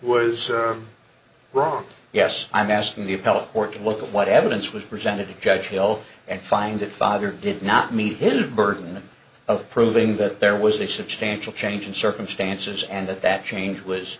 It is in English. was wrong yes i'm asking the appellate court what what evidence was presented to judge hill and find that father did not meet his burden of proving that there was a substantial change in circumstances and that that change was